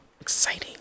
Exciting